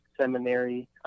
seminary